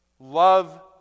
Love